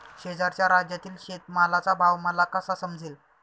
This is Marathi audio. शेजारच्या राज्यातील शेतमालाचा भाव मला कसा समजेल?